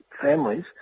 families